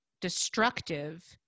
destructive